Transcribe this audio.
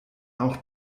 auch